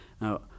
Now